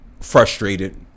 frustrated